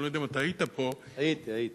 אני לא יודע אם היית פה, הייתי, הייתי.